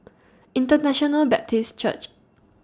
International Baptist Church